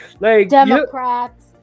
Democrats